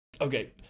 Okay